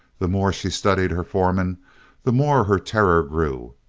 the more she studied her foreman the more her terror grew,